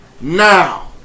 Now